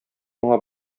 моңа